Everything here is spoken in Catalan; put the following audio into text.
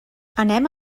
anem